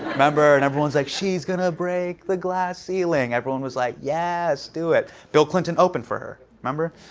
remember? and everyone's like, she's gonna break the glass ceiling. everyone was like, yes, do it. bill clinton opened for her, remember?